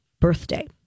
birthday